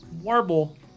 Warble